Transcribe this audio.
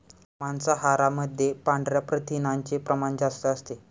मांसाहारामध्ये पांढऱ्या प्रथिनांचे प्रमाण जास्त असते